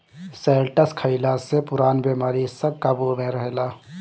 शैलटस खइला से पुरान बेमारी सब काबु में रहेला